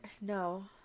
No